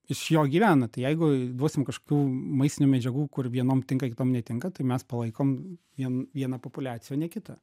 iš jo gyvena tai jeigu duosim kažkokių maistinių medžiagų kur vienom tinka kitom netinka tai mes palaikom vien vieną populiaciją o ne kitą